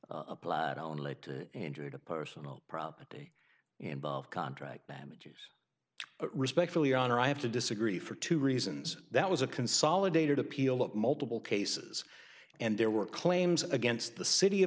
statute applies only to injury to personal property involve contract damages respectfully honor i have to disagree for two reasons that was a consolidated appeal of multiple cases and there were claims against the city of